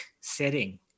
setting